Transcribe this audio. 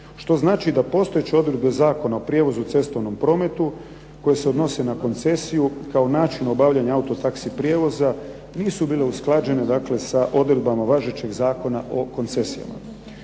što znači da postojeće odredbe Zakona o prijevozu u cestovnom prometu koje se odnose na koncesiju kao načinu obavljanja auto taxi prijevoza nisu bile usklađene, dakle sa odredbama važećeg Zakona o koncesijama.